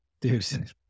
dude